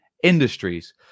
Industries